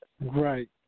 Right